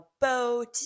boat